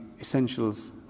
essentials